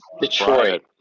detroit